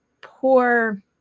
poor